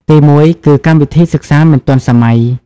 ទីមួយគឺ កម្មវិធីសិក្សាមិនទាន់សម័យ។